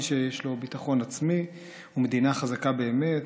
מי שיש לו ביטחון עצמי ומדינה חזקה באמת,